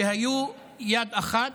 שהיו יד אחת